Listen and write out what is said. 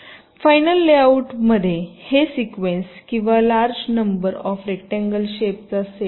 final लेआउटमध्ये हे sequence किंवा large number of rectangle shape चा सेट नाही